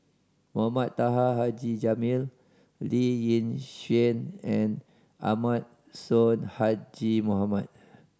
Mohamed Taha Haji Jamil Lee Yi Shyan and Ahmad Sonhadji Mohamad